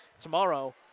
tomorrow